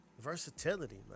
versatility